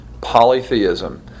Polytheism